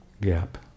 gap